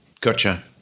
Gotcha